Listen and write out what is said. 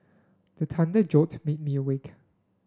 the thunder jolt with me awake